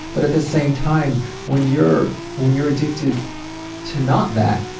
but at the same time, when you're when you're addicted to not that,